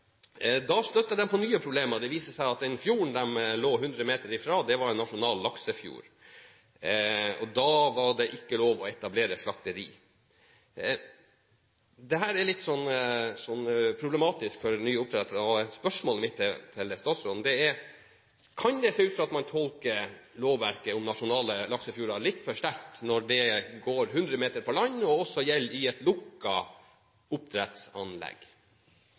Da støtte de på nye problemer. Det viste seg at den fjorden de lå 100 meter ifra, var en nasjonal laksefjord, og da var det ikke lov å etablere slakteri der. Dette er litt problematisk for nye oppdrettere, og spørsmålet mitt til statsråden er: Kan det se ut til at man tolker lovverket om nasjonale laksefjorder litt for strengt når anlegget ligger 100 meter opp på land, og når det dessuten gjelder et lukket oppdrettsanlegg?